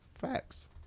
Facts